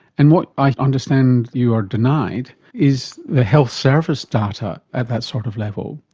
and what i understand you are denied is the health service data at that sort of level,